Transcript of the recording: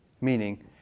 Meaning